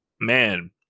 man